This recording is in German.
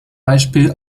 beispiel